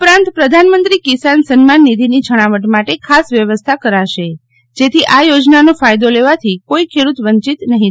ઉપરાંત પ્રધાનમંત્રી કિસાન સન્માન નિધિની છણાવટ માટે ખાસ વ્યવસ્થા કરાશે જેથી આ યોજનાનો ફાયદો લેવાથી કોઇ ખેડૂત વંચિત રહે નહીં